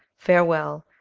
farewell.